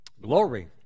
Glory